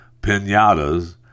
Pinatas